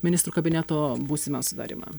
ministrų kabineto būsimą sudarymą